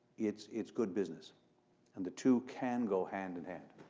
it's it's good business and the two can go hand-in-hand.